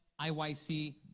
IYC